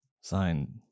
Sign